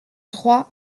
droit